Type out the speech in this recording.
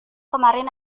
kemarin